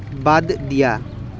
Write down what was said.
বাদ দিয়া